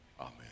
amen